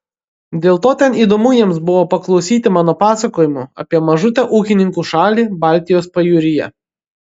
dėl to ten įdomu jiems buvo paklausyti mano pasakojimų apie mažutę ūkininkų šalį baltijos pajūryje